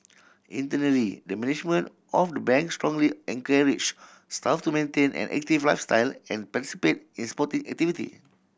internally the management of the Bank strongly encourage staff to maintain an active lifestyle and participate in sporting activity